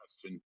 question